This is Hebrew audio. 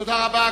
תודה רבה.